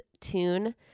tune